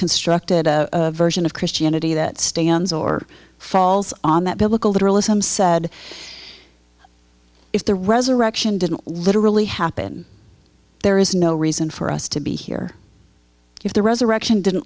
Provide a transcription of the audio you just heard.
constructed a version of christianity that stands or falls on that biblical literalism said if the resurrection didn't literally happen there is no reason for us to be here if the resurrection didn't